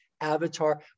avatar